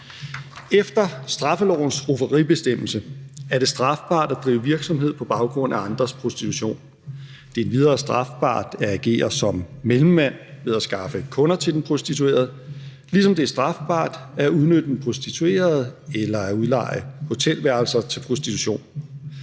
Efter straffelovens rufferibestemmelse er det strafbart at drive virksomhed på baggrund af andres prostitution. Det er endvidere strafbart at agere som mellemmand ved at skaffe kunder til den prostituerede. Ligesom det er strafbart at udnyttet den prostituerede eller at udleje hotelværelser til prostitution.